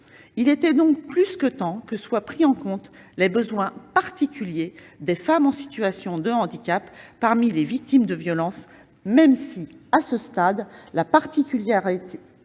Il était donc plus que temps que soient pris en compte les besoins particuliers des femmes en situation de handicap parmi les victimes de violences, même si, à ce stade, la particulière